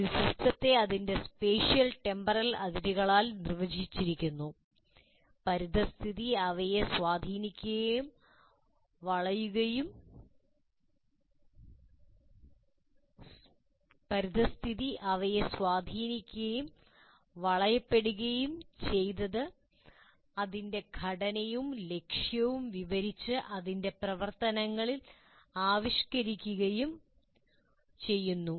ഒരു സിസ്റ്റത്തെ അതിന്റെ സ്പേഷ്യൽ ടെമ്പറൽ അതിരുകളാൽ നിർവചിച്ചിരിക്കുന്നു പരിസ്ഥിതി അവയെ സ്വാധീനിക്കുകയും വളയുകയുംപ്പെട്ട് ചെയ്യത് അതിന്റെ ഘടനയും ലക്ഷ്യവും വിവരിച്ച് അതിന്റെ പ്രവർത്തനത്തിൽ ആവിഷ്ക്കരിക്കുകയും ചെയ്യുന്നു